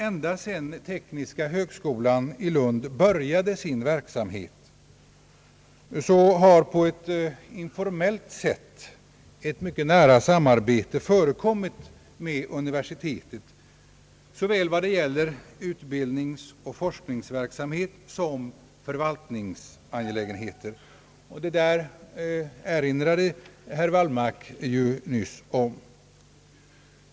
Ända sedan tekniska högskolan i Lund började sin verksamhet har på ett informellt sätt ett mycket nära samarbete med universitetet förekommit, såväl i fråga om utbildningsoch forskningsverksamhet som i fråga om förvaltningsangelägenheter. Detta erinrade ju herr Wallmark nyss om.